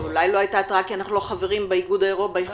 אבל אולי לא הייתה התרעה כי אנחנו לא חברים באיחוד האירופי,